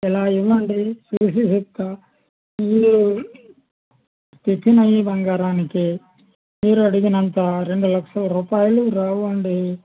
ఇలా ఇవ్వండి చూసి చెప్తాను మీరు తెచ్చిన ఈ బంగారానికి మీరు అడిగినంత రెండు లక్షల రూపాయలు రావండి